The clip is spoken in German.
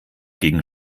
gegen